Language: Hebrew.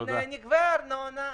נגבה ארנונה,